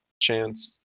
chance